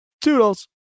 Toodles